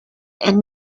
and